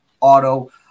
auto